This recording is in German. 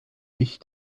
ich